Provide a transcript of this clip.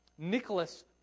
Nicholas